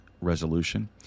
resolution